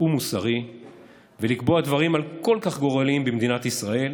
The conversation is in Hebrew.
ומוסרי לקבוע דברים כל כך גורליים למדינת ישראל,